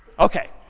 ok.